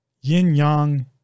yin-yang